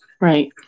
Right